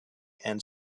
and